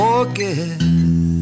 forget